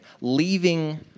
leaving